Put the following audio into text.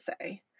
say